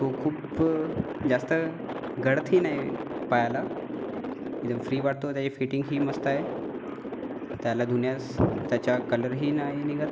तो खूप जास्त गडतही नाही पायाला एकदम फ्री वाटतो त्याची फिटिंग ही मस्त आहे त्याला धुण्यास त्याचा कलरही नाही निघत